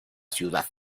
ciudad